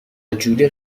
جولی